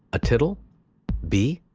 a tittle b.